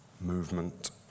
movement